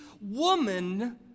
woman